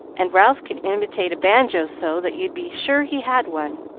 and ralph can imitate a banjo so that you'd be sure he had one.